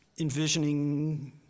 envisioning